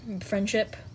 friendship